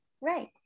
Right